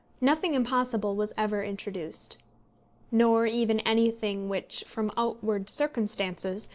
nothing impossible was ever introduced nor even anything which, from outward circumstances,